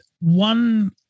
one